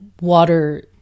water